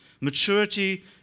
Maturity